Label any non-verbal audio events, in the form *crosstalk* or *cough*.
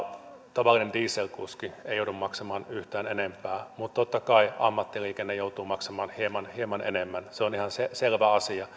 tavallinen dieselkuski ei joudu maksamaan yhtään enempää mutta totta kai ammattiliikenne joutuu maksamaan hieman hieman enemmän se on ihan selvä asia *unintelligible*